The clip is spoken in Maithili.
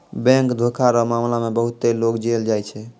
बैंक धोखा रो मामला मे बहुते लोग जेल जाय छै